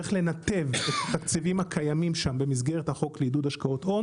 צריך לנתב את התקציבים הקיימים שם במסגרת החוק לעידוד השקעות הון